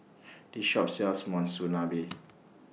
This Shop sells Monsunabe